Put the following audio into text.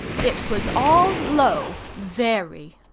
it was all low very!